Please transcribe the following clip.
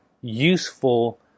useful